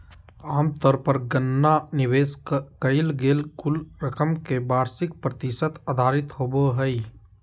आमतौर पर गणना निवेश कइल गेल कुल रकम के वार्षिक प्रतिशत आधारित होबो हइ